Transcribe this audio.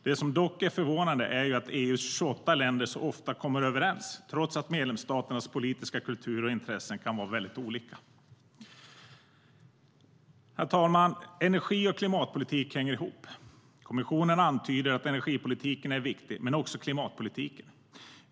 Det som dock är förvånande är ju att EU:s 28 länder så ofta kommer överens, trots att medlemsstaternas politiska kulturer och intressen kan vara väldigt olika. Herr talman! Energi och klimatpolitik hänger ihop. Kommissionen antyder att energipolitiken är viktig men också klimatpolitiken.